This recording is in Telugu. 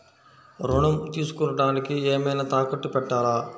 ఋణం తీసుకొనుటానికి ఏమైనా తాకట్టు పెట్టాలా?